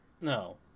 No